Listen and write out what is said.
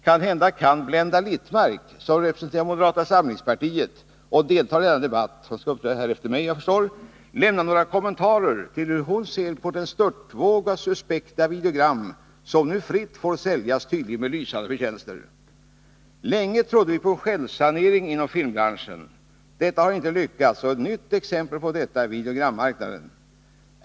Kanhända kan Blenda Littmarck, som representerar moderata samlingspartiet och deltar i denna debatt, lämna någon kommentar till hur hon ser på den störtvåg av suspekta videogram som nu fritt får säljas, tydligen med lysande förtjänster. Länge trodde vi på en självsanering inom filmbranschen. Detta har inte lyckats, och ett nytt exempel på detta är videogrammarknaden.